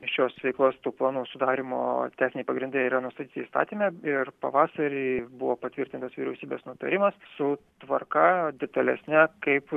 šios veiklos planų sudarymo techniniai pagrindai yra nustatyti įstatyme ir pavasarį buvo patvirtintas vyriausybės nutarimas su tvarka detalesne kaip